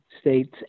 state's